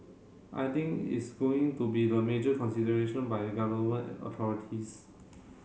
I think it is going to be the major consideration by Government authorities